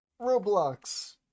Roblox